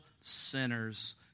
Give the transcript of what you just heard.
sinners